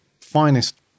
finest